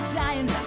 dying